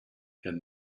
herr